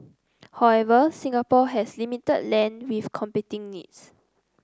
however Singapore has limited land with competing needs